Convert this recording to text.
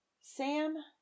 Sam